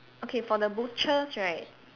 okay for the butchers right